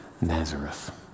Nazareth